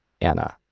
Anna